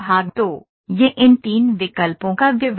तो यह इन तीन विकल्पों का विवरण है